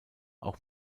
auch